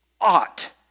ought